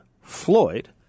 Floyd